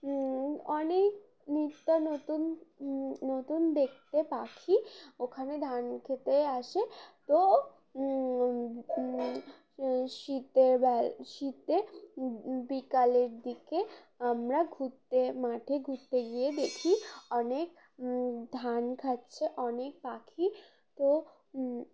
অনেক নিত্য নতুন নতুন দেখতে পাখি ওখানে ধান খেতেই আসে তো শীতের বলা শীতে বিকালের দিকে আমরা ঘুরতে মাঠে ঘুরতে গিয়ে দেখি অনেক ধান খাচ্ছে অনেক পাখি তো